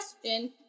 question